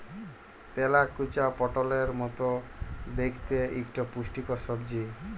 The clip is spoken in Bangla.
তেলাকুচা পটলের মত দ্যাইখতে ইকট পুষ্টিকর সবজি